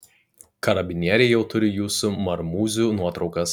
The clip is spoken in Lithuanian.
karabinieriai jau turi jūsų marmūzių nuotraukas